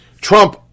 Trump